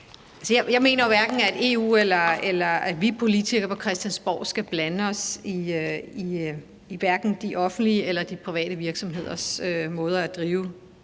Jeg mener jo, at hverken EU eller vi politikere på Christiansborg skal blande os i de offentlige eller de private virksomheders måder at drive